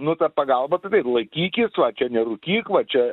nu ta pagalba tai taip laikykis va čia nerūkyk va čia